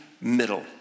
middle